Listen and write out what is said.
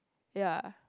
ya